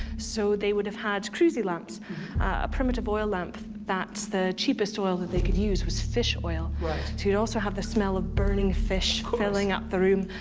so they would have had crusie lamps, a primitive oil lamp that the cheapest oil that they could use was fish oil, so you'd also have the smell of burning fish filling up the room.